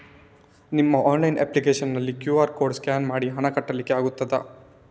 ನಿಮ್ಮ online application ನಲ್ಲಿ QR code scan ಮಾಡಿ ಹಣ ಕಟ್ಲಿಕೆ ಆಗ್ತದ?